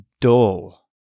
dull